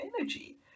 energy